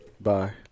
Bye